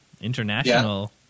International